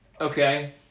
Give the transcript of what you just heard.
Okay